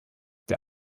der